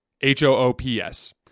H-O-O-P-S